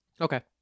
Okay